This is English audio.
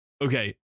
Okay